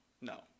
No